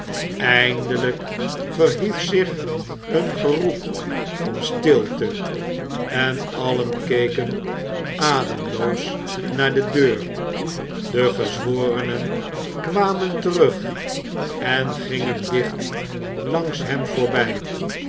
eindelijk verhief zich een geroep om stilte en allen keken ademloos naar de deur de gezworenen kwamen terug en gingen dicht langs hem voorbij